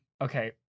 Okay